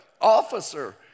officer